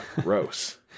Gross